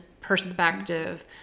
perspective